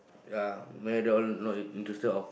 ya my doll not in interested of